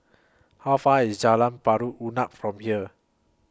How Far IS Jalan Pari Unak from here